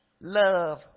love